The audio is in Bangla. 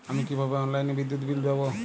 আমি কিভাবে অনলাইনে বিদ্যুৎ বিল দেবো?